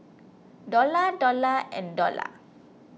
Dollah Dollah and Dollah